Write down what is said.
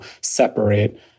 separate